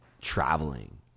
traveling